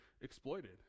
exploited